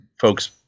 folks